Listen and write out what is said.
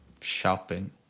Shopping